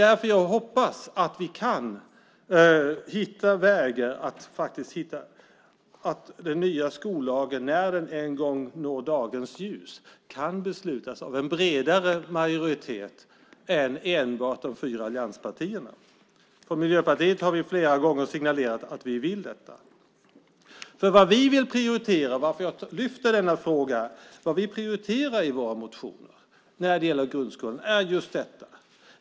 Därför hoppas jag att vi kan hitta vägar att så att den nya skollagen, när den en gång når dagens ljus, kan beslutas av en bredare majoritet än enbart de fyra allianspartierna. Från Miljöpartiet har vi flera gånger signalerat att vi vill detta. Vad vi prioriterar i våra motioner om grundskolan, och skälet till att jag lyfter fram denna fråga, är just detta.